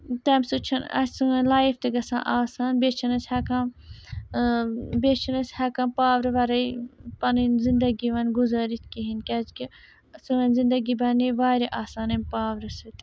تَمہِ سۭتۍ چھُنہٕ اَسہِ سٲنۍ لایف تہِ گژھان آسان بیٚیہِ چھِنہٕ أسۍ ہٮ۪کان بیٚیہِ چھِنہٕ أسۍ ہٮ۪کان پاورٕ وَرٲے پَنٕنۍ زِندگی وۄنۍ گُزٲرِتھ کِہیٖنۍ کیٛازِ کہِ سٲنۍ زِندگی بَنے واریاہ آسان اَمہِ پاورٕ سۭتۍ